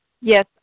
Yes